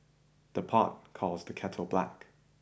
the pot calls the kettle black